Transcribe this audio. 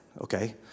Okay